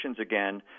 again